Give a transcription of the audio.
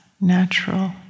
natural